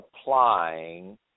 applying